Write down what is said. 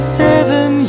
seven